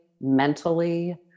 mentally